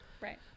right